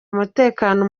umutekano